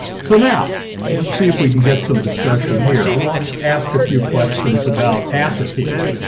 so now let's see if we can get some discussion here. i want to ask a few questions about assateague